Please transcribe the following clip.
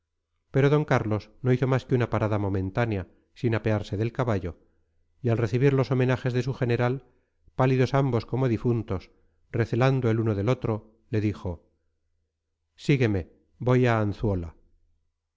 pero d carlos no hizo más que una parada momentánea sin apearse del caballo y al recibir los homenajes de su general pálidos ambos como difuntos recelando el uno del otro le dijo sígueme voy a anzuola